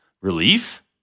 relief